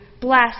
Bless